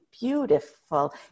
beautiful